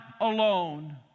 alone